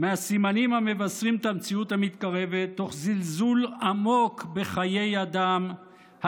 לסימנים המבשרים את המציאות המתקרבת תוך זלזול עמוק בחיי אדם,